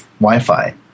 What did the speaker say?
Wi-Fi